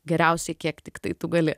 geriausiai kiek tiktai tu gali